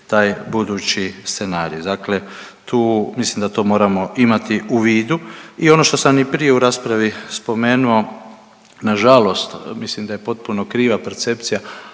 taj budući scenarij, dakle tu mislim da to moramo imati u vidu. I ono što sam i prije u raspravi spomenuo, nažalost mislim da je potpuno kriva percepcija